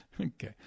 okay